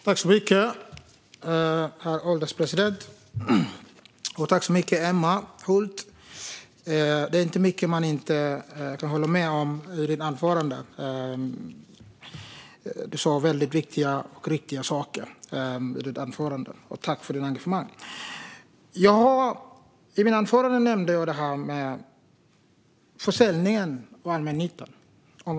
Herr ålderspresident! Tack så mycket, Emma Hult! Det är inte mycket som jag inte håller med om i ditt anförande, där du sa väldigt viktiga och riktiga saker. Tack för ditt engagemang! I mitt anförande nämnde jag försäljningen av allmännyttan.